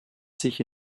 sich